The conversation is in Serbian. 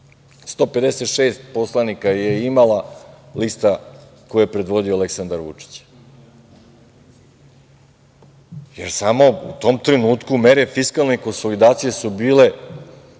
156 poslanika je imala lista koju je predvodio Aleksandar Vučić. Jer, samo u tom trenutku mere fiskalne konsolidacije su bile